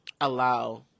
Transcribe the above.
Allow